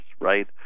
right